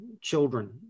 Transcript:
children